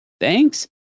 Thanks